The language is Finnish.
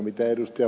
mitä ed